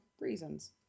reasons